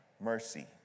mercy